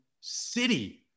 city